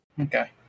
okay